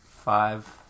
Five